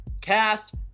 cast